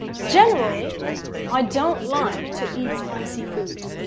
generally i don't like to eat spicy food